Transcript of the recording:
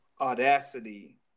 audacity